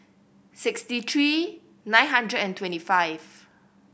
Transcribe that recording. sixty three nine hundred and twenty five